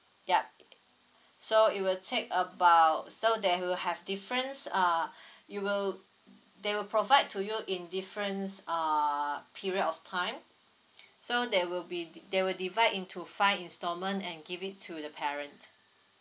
yup so it will take about so there will have difference uh you will they will provide to you in difference uh period of time so there will be di~ they will divide into five installment and give it to the parent